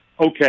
okay